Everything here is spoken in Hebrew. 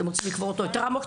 אתם רוצים לקבור אותו יותר עמוק?